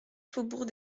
faubourg